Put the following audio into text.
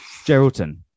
Geraldton